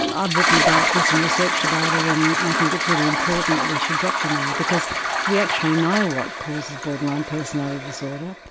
and i've written about this and researched about it and i think it's really important that we should drop the name because we actually know what causes borderline personality disorder.